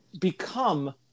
become